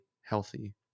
healthy